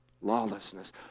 lawlessness